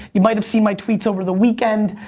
you might have seen my tweets over the weekend.